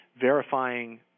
verifying